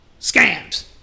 scams